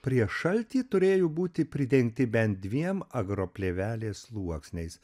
prieš šaltį turėjo būti pridengti bent dviem agroplėvelės sluoksniais